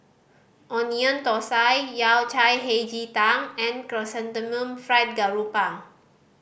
Onion Thosai Yao Cai Hei Ji Tang and Chrysanthemum Fried Garoupa